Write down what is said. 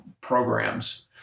programs